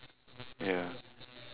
ya